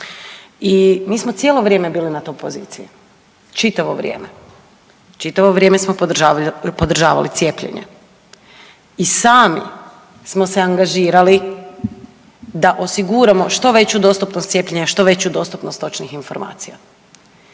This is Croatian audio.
I mi smo cijelo vrijeme bili na toj poziciji, čitavo vrijeme, čitavo vrijeme smo podržavali cijepljenje i sami smo se angažirali da osiguramo što veću dostupnost cijepljenja, što veću dostupnost točnih informacija.